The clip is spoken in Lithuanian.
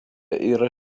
yra